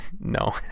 no